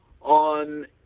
on